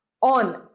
On